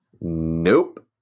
nope